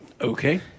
Okay